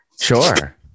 sure